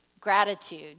gratitude